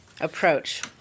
approach